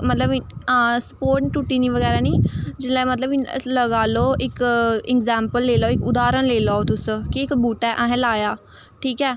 मतलब हां सपोर्ट टुट्टी निं बगैरा निं जिल्लै मतलब लगा लो इक इग्जैम्पल लेई लैओ उदाहरण लेई लैओ तुस इक बूह्टा ऐ अस लाया ठीक ऐ